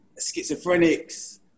schizophrenics